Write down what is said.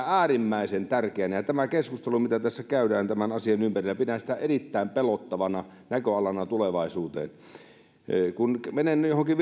äärimmäisen tärkeänä pidän tätä keskustelua mitä tässä käydään tämän asian ympärillä erittäin pelottavana näköalana tulevaisuuteen kun menen johonkin